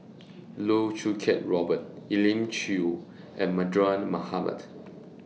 Loh Choo Kiat Robert Elim Chew and Mardan Mamat